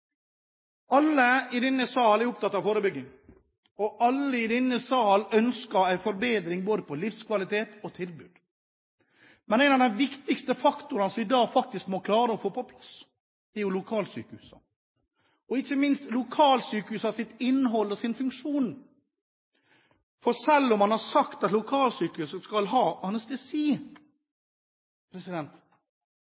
Alle i denne salen er opptatt av forebygging, og alle i denne salen ønsker en forbedring med hensyn til både livskvalitet og tilbud. Men en av de viktigste faktorene som vi i dag faktisk må klare å få på plass, er lokalsykehusene, ikke minst lokalsykehusenes innhold og funksjon. Selv om man har sagt at lokalsykehus skal ha anestesi,